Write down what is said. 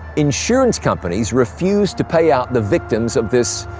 insurance companies refused to pay out the victims of this,